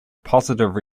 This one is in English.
positive